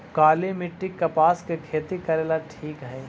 काली मिट्टी, कपास के खेती करेला ठिक हइ?